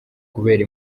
kubera